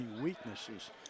weaknesses